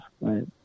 right